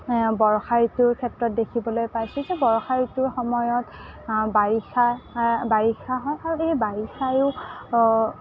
বৰষা ঋতুৰ ক্ষেত্ৰত দেখিবলৈ পাইছোঁ যে বৰষা ঋতু সময়ত বাৰিষাৰ বাৰিষা বাৰিষা আৰু